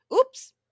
Oops